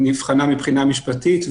מבחינה משפטית,